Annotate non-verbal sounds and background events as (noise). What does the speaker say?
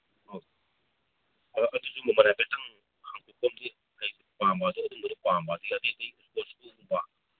(unintelligible)